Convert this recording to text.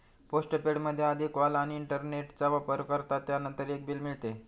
postpaid मध्ये आधी call आणि इंटरनेटचा वापर करतात, त्यानंतर एक बिल मिळते